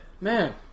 man